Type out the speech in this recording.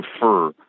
prefer